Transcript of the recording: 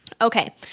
okay